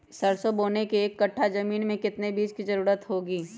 सरसो बोने के एक कट्ठा जमीन में कितने बीज की जरूरत होंगी?